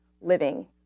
living